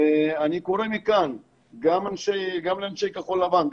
ואני קורא מכאן גם לאנשי כחול לבן,